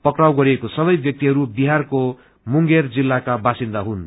पक्राउ गरिएको सबै व्यक्तिहरू बिहारको मुगेर जिल्लाका वासिन्दा हुनु